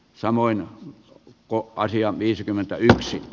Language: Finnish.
samoin kuoppaisia viisikymmentäyksi